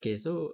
okay so